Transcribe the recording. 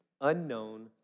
unknown